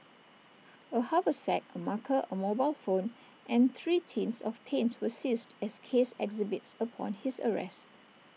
A haversack A marker A mobile phone and three tins of paint were seized as case exhibits upon his arrest